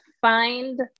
find